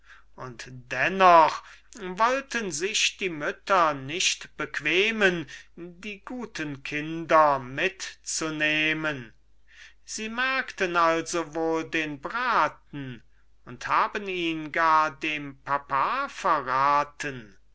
und dennoch wollten sich die mütter nicht bequemen die guten kinder mitzunehmen sie merkten also wohl den braten und haben ihn gar dem papa verraten